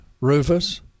rufus